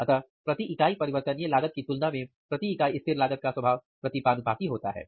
अतः प्रति इकाई परिवर्तनीय लागत की तुलना में प्रति इकाई स्थिर लागत का स्वभाव प्रतिपानुपाती होता है